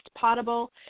Potable